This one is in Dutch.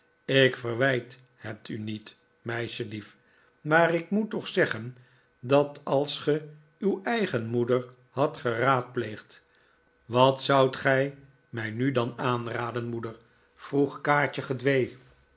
ik verwijt het u niet meisjelief maar ik moet toch zeggen dat als ge uw eigen moeder hadt geraadpleegd wat zoudt gij mij nu dan aanraden moeder vroeg kaatje gedwee